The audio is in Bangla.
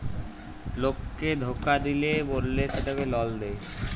লককে ধকা দিল্যে বল্যে সেটকে লল দেঁয়